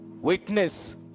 Witness